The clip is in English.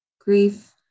Grief